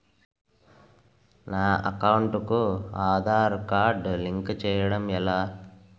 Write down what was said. నా అకౌంట్ కు Aadhaar card link చేయడం ఎలా?